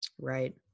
Right